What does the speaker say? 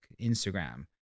Instagram